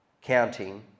counting